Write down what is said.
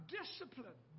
discipline